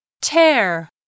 Tear